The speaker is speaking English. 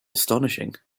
astonishing